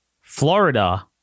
Florida